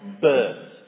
birth